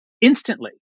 instantly